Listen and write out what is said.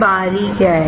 बाहरी क्या हैं